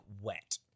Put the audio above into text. wet